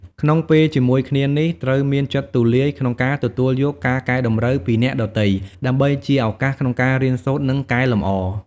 ក្នុងពេលជាមួយគ្នានេះ ត្រូវមានចិត្តទូលាយក្នុងការទទួលយកការកែតម្រូវពីអ្នកដទៃ ដើម្បីជាឱកាសក្នុងការរៀនសូត្រ និងកែលម្អ។